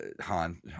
Han